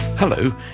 Hello